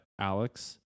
Alex